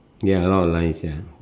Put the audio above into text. ya a lot of lines ya